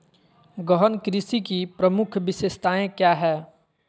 गहन कृषि की प्रमुख विशेषताएं क्या है?